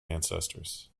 ancestors